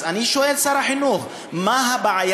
אז אני שואל את שר החינוך: מה הבעיה